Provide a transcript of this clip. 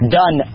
done